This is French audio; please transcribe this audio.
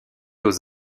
aux